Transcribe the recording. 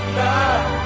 love